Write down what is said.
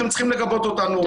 אתם צריכים לגבות אותנו.